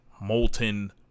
molten